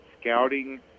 scouting